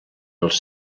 els